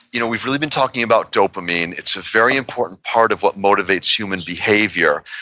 you know, we've really been talking about dopamine. it's a very important part of what motivates human behavior,